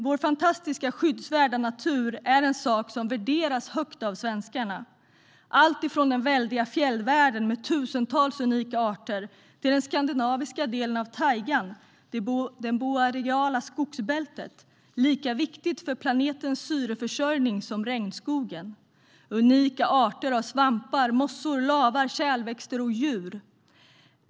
Vår fantastiska, skyddsvärda natur är något som värderas högt av svenskarna, allt från den väldiga fjällvärlden med tusentals unika arter till den skandinaviska delen av tajgan, det boreala barrskogsbältet, lika viktigt för planetens syreförsörjning som regnskogen. Det handlar om unika arter av svampar, mossor, lavar, kärlväxter och djur.